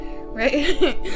right